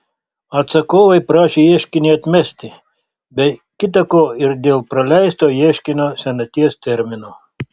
atsakovai prašė ieškinį atmesti be kita ko ir dėl praleisto ieškinio senaties termino